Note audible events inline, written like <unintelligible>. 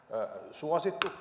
suosittua <unintelligible>